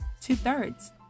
Two-thirds